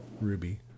Ruby